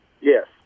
Yes